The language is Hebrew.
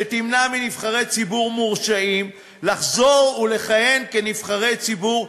שתמנע מנבחרי ציבור מורשעים לחזור לכהן כנבחרי ציבור,